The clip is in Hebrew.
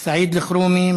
סעיד אלחרומי,